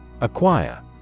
Acquire